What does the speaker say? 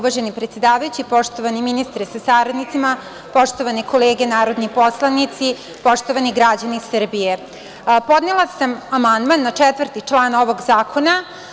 Poštovani ministre sa saradnicima, poštovane kolege narodni poslanici, poštovani građani Srbije, podnela sam amandman na član 4. ovog zakona.